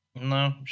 No